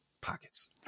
pockets